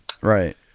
right